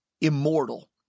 immortal